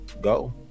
go